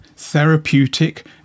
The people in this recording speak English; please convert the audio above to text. therapeutic